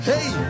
Hey